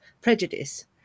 prejudice